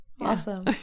awesome